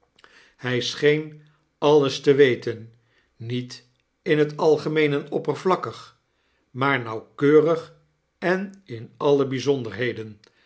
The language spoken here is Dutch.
hy scheen alles te weten niet in t algemeen en oppervlakkig maar nauwkeurig en in alle byzonderheden